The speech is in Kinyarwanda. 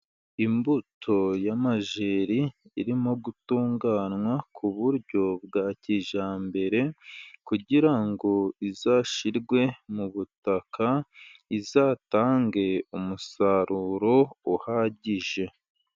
Imbuto y'amajyeri, irimo gutunganywa ku buryo bwa kijambere, kugira ngo izashyirwe mu butaka, izatange umusaruro uhagije.